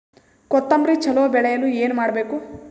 ಕೊತೊಂಬ್ರಿ ಚಲೋ ಬೆಳೆಯಲು ಏನ್ ಮಾಡ್ಬೇಕು?